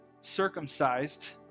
circumcised